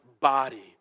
body